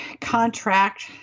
contract